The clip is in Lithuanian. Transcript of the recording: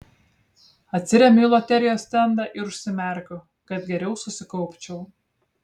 atsiremiu į loterijos stendą ir užsimerkiu kad geriau susikaupčiau